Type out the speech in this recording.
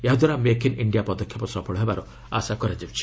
ଏହାଦ୍ୱାରା make in India ପଦକ୍ଷେପ ସଫଳ ହେବାର ଆଶା କରାଯାଉଛି